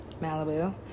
Malibu